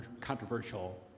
controversial